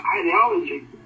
ideology